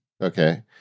Okay